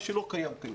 מה שלא קיים כיום.